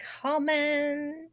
comment